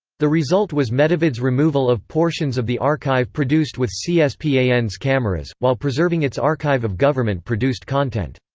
the result was metavid's removal of portions of the archive produced with c-span's cameras, while preserving its archive of government-produced content.